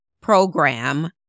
program